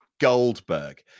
Goldberg